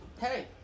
hey